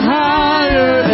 higher